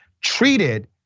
treated